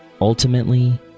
ultimately